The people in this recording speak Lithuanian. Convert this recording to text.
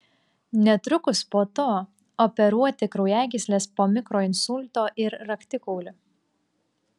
netrukus po to operuoti kraujagysles po mikroinsulto ir raktikaulį